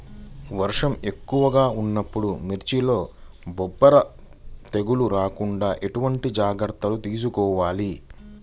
వర్షం ఎక్కువగా ఉన్నప్పుడు మిర్చిలో బొబ్బర తెగులు రాకుండా ఎలాంటి జాగ్రత్తలు తీసుకోవాలి?